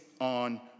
on